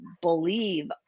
believe